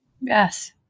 Yes